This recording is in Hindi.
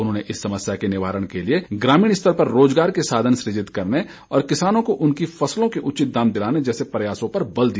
उन्होंने इस समस्या के निवारण के लिए ग्रामीण स्तर पर रोजगार के साधन सृजित करने और किसानों को उनकी फसलों के उचित दाम दिलाने जैसे प्रयासों पर बल दिया